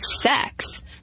sex